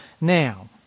now